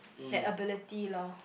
the ability loh